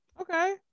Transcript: Okay